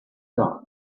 dark